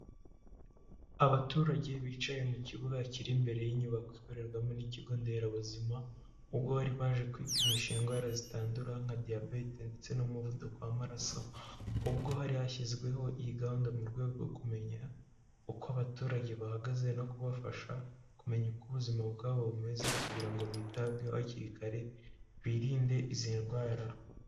Abaturage bicaye mu kibuga kiri imbere y'inyubako ikorerwamo n'ikigo nderabuzima, ubwo bari baje kwipimisha indwara zitandura nka diabete ndetse n'umuvuduko w'amaraso, ubwo hari hashyizweho iyi gahunda mu rwego rwo kumenya uko abaturage bahagaze no kubafasha kumenya uko ubuzima bwabo bumeze kugira ngo bitabweho hakiri kare birinde izi ndwara.